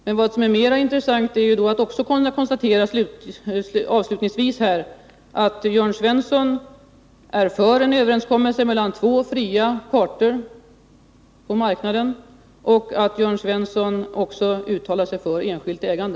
Men vad som är mera intressant att konstatera är att Jörn Svensson är för en överenskommelse mellan två fria parter på marknaden och att Jörn Svensson också uttalar sig för enskilt ägande.